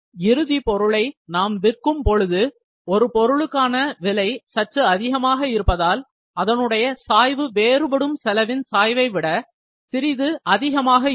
இறுதி பொருளை நாம் விற்கும் பொழுது ஒரு பொருளுக்கான விலை சற்று அதிகமாக இருப்பதால் அதனுடைய சாய்வு வேறுபடும் செலவின் சாய்வை விட சிறிது அதிகமாக இருக்கும்